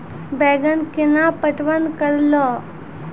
बैंगन केना पटवन करऽ लो?